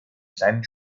kleinen